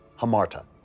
Hamarta